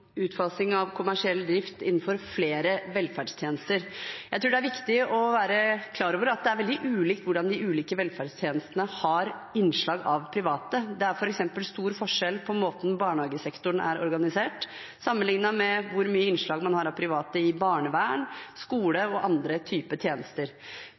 utfasing av kommersiell drift innenfor flere velferdstjenester. Jeg tror det er viktig å være klar over at det er veldig ulikt hvordan de ulike velferdstjenestene har innslag av private. Det er f.eks. stor forskjell på måten barnehagesektoren er organisert, sammenliknet med hvor mye innslag man har av private i barnevern,